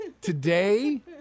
today